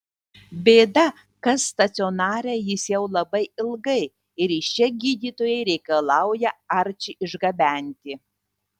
bėda kas stacionare jis jau labai ilgai ir iš čia gydytojai reikalauja arčį išgabenti